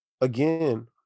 again